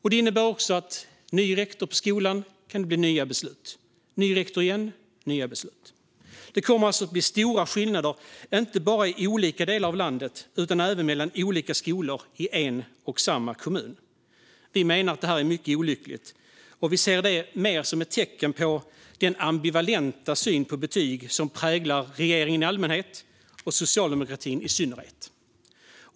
Detta innebär att det kan bli nya beslut om skolan får en ny rektor. Det kommer alltså att bli stora skillnader, inte bara i olika delar av landet utan även mellan olika skolor i en och samma kommun. Vi menar att detta är mycket olyckligt, och vi ser det som ett tecken på den ambivalenta syn på betyg som präglar regeringen i allmänhet och socialdemokratin i synnerhet.